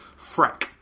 freck